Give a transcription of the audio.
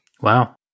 Wow